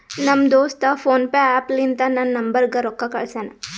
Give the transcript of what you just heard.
ನಮ್ ದೋಸ್ತ PhonePe app ಲಿಂತಾ ನನ್ ನಂಬರ್ಗ ರೊಕ್ಕಾ ಕಳ್ಸ್ಯಾನ್